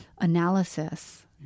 analysis